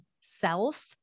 self